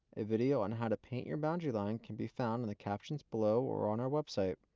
a video on how to paint your boundary line can be found in the captions below or on our website.